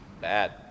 bad